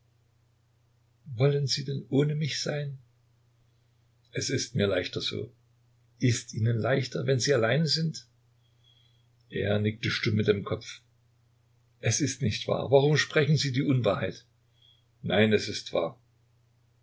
wollen sie denn ohne mich sein es ist mir leichter so ist ihnen leichter wenn sie allein sind er nickte stumm mit dem kopf es ist nicht wahr warum sprechen sie die unwahrheit nein es ist wahr